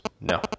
no